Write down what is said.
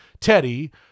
Teddy